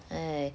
!hais!